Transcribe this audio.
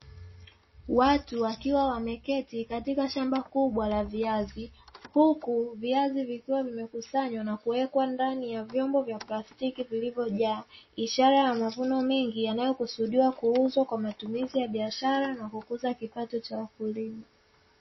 Watu wakiwa wameketi katika shamba kubwa la viazi huku viazi vikiwa vimekusanywa na kuweka ndani ya vyombo vya plastiki vilivyojaa, ishara ya mavuno mengi yanayokusudiwa kuuzwa kwa matumizi ya biashara na kukuza kipato cha wakulima.